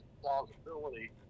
plausibility